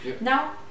Now